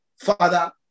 Father